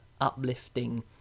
uplifting